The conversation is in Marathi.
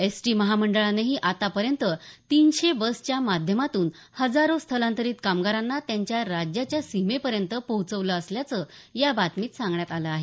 एसटी महामंडळानेही आतापर्यंत तीनशे बसच्या माध्यमातून हजारो स्थलांतरित कामगारांना त्यांच्या राज्याच्या सीमेपर्यंत पोहोचवलं असल्याचं या बातमीत सांगण्यात आलं आहे